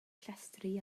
llestri